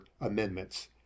amendments